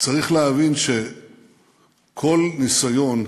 צריך להבין שכל ניסיון,